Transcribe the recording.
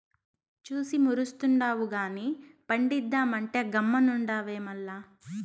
చూసి మురుస్తుండావు గానీ పండిద్దామంటే గమ్మునుండావే మల్ల